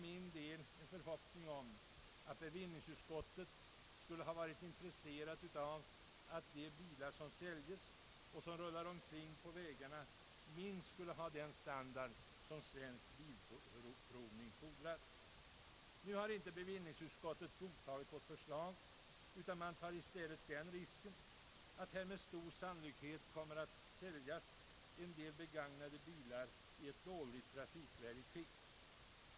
Jag hade förhoppningar om att man i bevillningsutskottet skulle vara intresserad av att de bilar som rullar omkring på vägarna åtminstone skulle ha den standard som Svensk bilprovning fordrar. Nu har inte bevillningsutskottet antagit vårt förslag. Man tar i stället den risken att det med stor sannolikhet kommer att säljas en del begagnade bilar i dåligt skick.